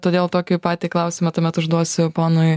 todėl tokį patį klausimą tuomet užduosiu ponui